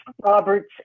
Robert's